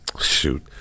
shoot